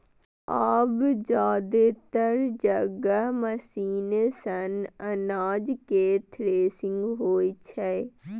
आब जादेतर जगह मशीने सं अनाज केर थ्रेसिंग होइ छै